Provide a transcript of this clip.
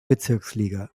bezirksliga